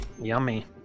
Yummy